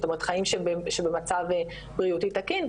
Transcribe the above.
זאת אומרת חיים שבמצב בריאותי תקין.